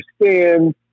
understand